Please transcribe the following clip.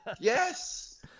yes